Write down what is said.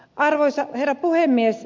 arvoisa herra puhemies